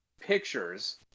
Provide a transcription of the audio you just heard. pictures